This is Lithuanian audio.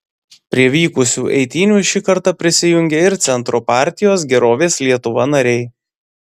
prie vykusių eitynių šį kartą prisijungė ir centro partijos gerovės lietuva nariai